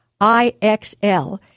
IXL